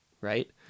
right